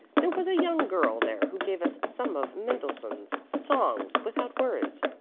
there was a young girl there who gave us some of mendelssohn's songs without words.